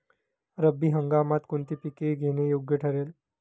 रब्बी हंगामात कोणती पिके घेणे योग्य ठरेल?